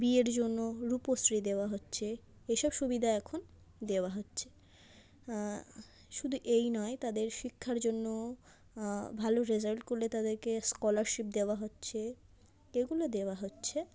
বিয়ের জন্য রূপশ্রী দেওয়া হচ্ছে এ সব সুবিধা এখন দেওয়া হচ্ছে শুধু এই নয় তাদের শিক্ষার জন্য ভালো রেজাল্ট করলে তাদেরকে স্কলারশিপ দেওয়া হচ্ছে এগুলো দেওয়া হচ্ছে